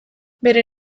bere